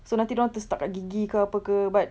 so nanti dia orang terstuck dekat gigi ke apa ke but